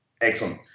Excellent